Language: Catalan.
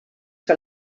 que